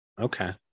okay